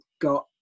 got